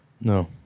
No